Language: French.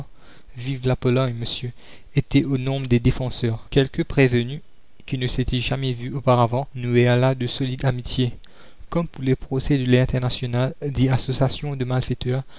la pologne monsieur étaient au nombre des défenseurs quelques prévenus qui ne s'étaient jamais vus auparavant nouèrent là de solides amitiés comme pour les procès de l'internationale dits associations de malfaiteurs